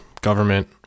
government